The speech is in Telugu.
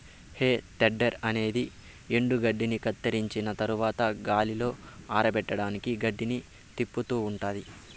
హే తెడ్డర్ అనేది ఎండుగడ్డిని కత్తిరించిన తరవాత గాలిలో ఆరపెట్టడానికి గడ్డిని తిప్పుతూ ఉంటాది